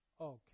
Okay